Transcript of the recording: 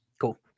Cool